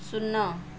ଶୂନ